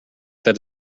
that